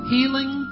Healing